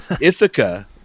Ithaca